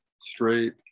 straight